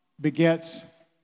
begets